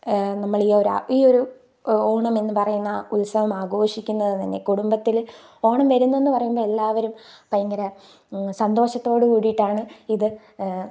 നമ്മളീ ഒരു ആ ഈ ഒരു ഓണമെന്ന് പറയുന്ന ഉത്സവം ആഘോഷിക്കുന്നത് തന്നെ കുടുംബത്തിൽ ഓണം വരുന്നെന്ന് പറയുമ്പോൾ എല്ലാവരും ഭയങ്കര സന്തോഷത്തോടുകൂടിയിട്ടാണ് ഇത്